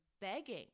begging